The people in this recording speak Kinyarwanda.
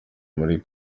muri